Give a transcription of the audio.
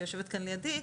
שיושבת כאן לידי,